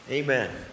Amen